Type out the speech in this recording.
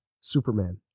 Superman